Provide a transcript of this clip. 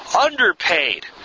Underpaid